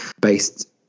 based